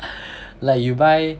like you buy